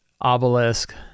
obelisk